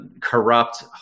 corrupt